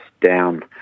down